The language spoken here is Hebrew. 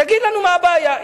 תגיד לנו מה הבעיה.